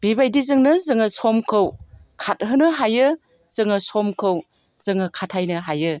बिबायदिजोंनो जोङो समखौ खारहोनो हायो जोङो समखौ जोङो खाथायनो हायो